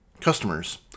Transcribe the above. customers